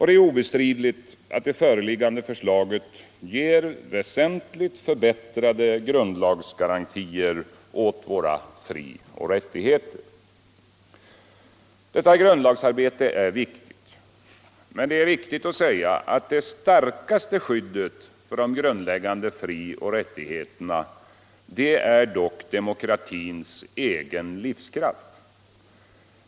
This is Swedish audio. Det är obestridligt att det föreliggande förslaget ger väsentligt förbättrade grundlagsgarantier åt våra frioch rättigheter. Detta grundlagsarbete är viktigt. Men det är riktigt att säga att det starkaste skyddet för grundläggande frioch rättigheter är demokratins egen livskraft.